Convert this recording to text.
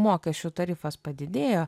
mokesčių tarifas padidėjo